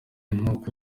n’uko